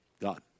God